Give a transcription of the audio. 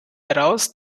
heraus